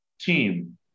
team